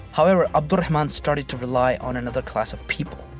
however, abd al-rahman started to rely on another class of people.